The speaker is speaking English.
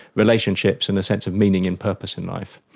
relationships, and a sense of meaning and purpose in life.